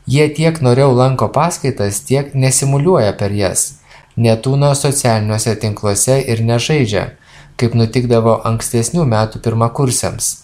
jie tiek noriau lanko paskaitas tiek nesimuliuoja per jas netūno socialiniuose tinkluose ir nežaidžia kaip nutikdavo ankstesnių metų pirmakursiams